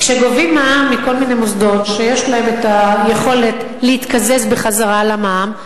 כשגובים מע"מ מכל מיני מוסדות שיש להם יכולת להתקזז בחזרה על המע"מ,